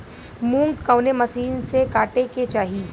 मूंग कवने मसीन से कांटेके चाही?